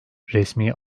resmi